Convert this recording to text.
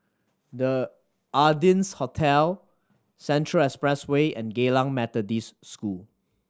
The Ardennes Hotel Central Expressway and Geylang Methodist School